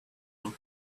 her